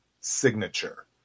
signature